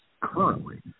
currently